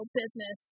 business